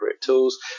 tools